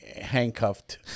Handcuffed